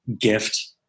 gift